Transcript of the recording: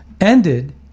ended